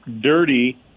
dirty